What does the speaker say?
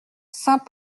saint